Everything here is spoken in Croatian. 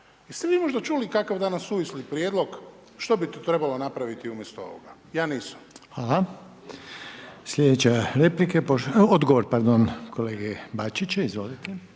jeste vi možda čuli kakav danas suvisli prijedlog što bi to trebalo napraviti umjesto ovoga? Ja nisam. **Reiner, Željko (HDZ)** Hvala. Slijedeća replika, odgovor pardon kolege Bačića, izvolite.